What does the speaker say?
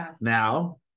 Now